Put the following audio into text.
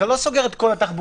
אתה לא סוגר את כל התחבורה,